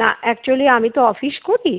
না অ্যাকচুয়েলি আমি তো অফিস করি